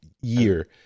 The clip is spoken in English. year